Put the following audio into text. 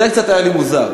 זה היה לי קצת מוזר.